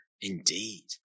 indeed